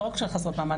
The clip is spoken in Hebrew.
לא רק שהן חסרות מעמד,